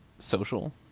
social